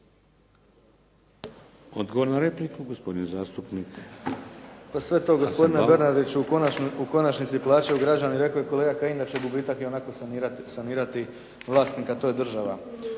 Bauk. **Bauk, Arsen (SDP)** Pa sve to gospodine Bernardić u konačnici plaćaju građani. Rekao je kolega Kajin da će gubitak ionako sanirati vlasnik a to je država.